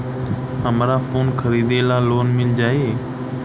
हमरा फोन खरीदे ला लोन मिल जायी?